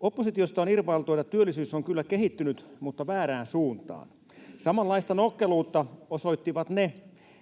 Oppositiosta on irvailtu, että työllisyys on kyllä kehittynyt, mutta väärään suuntaan. Samanlaista nokkeluutta osoittivat ne,